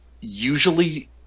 usually